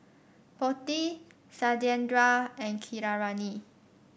Potti Satyendra and Keeravani